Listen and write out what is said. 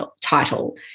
title